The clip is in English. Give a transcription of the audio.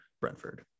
Brentford